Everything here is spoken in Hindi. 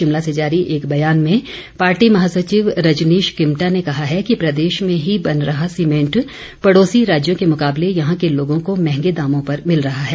शिमला से जारी एक बयान में पार्टी महासचिव रजनीश किमटा ने कहा है कि प्रदेश में ही बन रहा सीमेंट पड़ोसी राज्यों के मुकाबले यहां के लोगों को महंगे दामों पर मिल रहा है